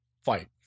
fight